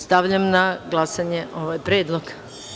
Stavljam na glasanje ovaj predlog.